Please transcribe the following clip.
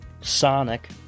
sonic